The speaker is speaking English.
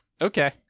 Okay